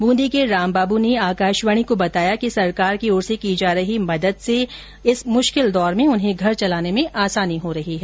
ब्रंदी के रामबाबू ने आकाशवाणी को बताया कि सरकार की ओर से की जा रही मदद से लॉकडाउन के इस मुश्किल दौर में उन्हें घर चलाने में आसानी हो रही है